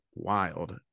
wild